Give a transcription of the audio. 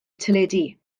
teledu